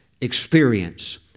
experience